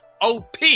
op